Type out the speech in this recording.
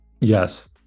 Yes